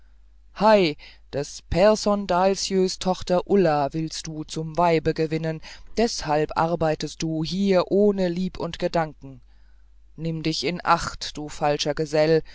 hei des pehrson dahlsjö tochter ulla willst du zum weibe gewinnen deshalb arbeitest du hier ohne lieb und gedanken nimm dich in acht du falscher gesell